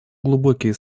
глубокие